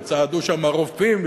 וצעדו שם רופאים,